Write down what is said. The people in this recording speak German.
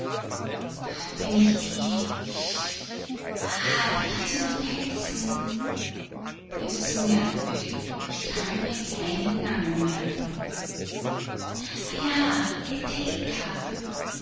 wenn ich die wie hat sie nur geheißen es ist merkwürdig ich kann mir keinen namen merken ah ja